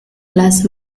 las